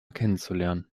kennenzulernen